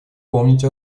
помнить